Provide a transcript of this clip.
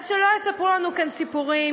אז שלא יספרו לנו כאן סיפורים,